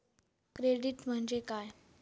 Credit म्हणजे काय?